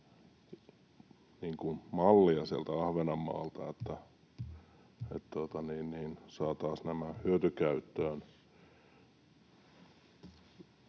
sieltä Ahvenanmaalta, että saataisiin nämä hyötykäyttöön.